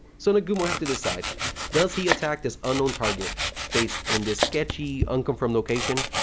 so, nagumo had to decide does he attack this unknown target based in this sketchy, unconfirmed location,